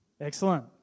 Excellent